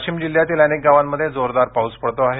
वाशिम जिल्ह्यातील अनेक गावांमध्ये जोरदार पाऊस पडतो आहे